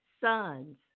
Sons